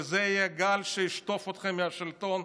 וזה יהיה גל שישטוף אתכם מהשלטון,